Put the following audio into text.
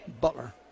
Butler